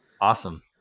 Awesome